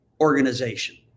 organization